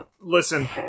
listen